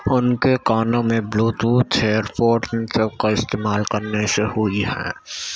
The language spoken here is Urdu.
ان کے کانوں میں بلو توتھ ائیر فوڈ ان سب کا استعمال کرنے سے ہوئی ہیں